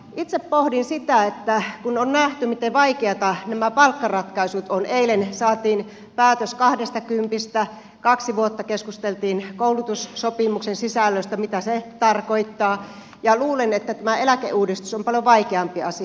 itse pohdin sitä että kun on nähty miten vaikeita nämä palkkaratkaisut ovat eilen saatiin päätös kahdestakympistä kaksi vuotta keskusteltiin koulutussopimuksen sisällöstä mitä se tarkoittaa tämä eläkeuudistus on paljon vaikeampi asia